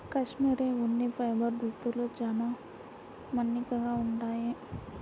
cashmere ఉన్ని fibre దుస్తులు చాలా మన్నికగా ఉంటాయి